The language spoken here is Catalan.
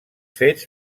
fets